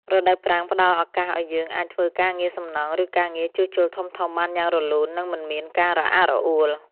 រដូវប្រាំងផ្តល់ឱកាសឱ្យយើងអាចធ្វើការងារសំណង់ ឬការងារជួសជុលធំៗបានយ៉ាងរលូន និងមិនមានការរអាក់រអួល។